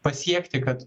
pasiekti kad